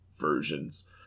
versions